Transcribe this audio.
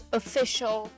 official